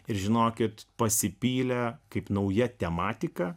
ir žinokit pasipylę kaip nauja tematika